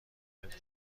ندیده